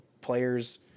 players